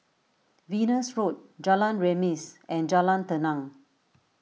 Venus Road Jalan Remis and Jalan Tenang